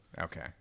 Okay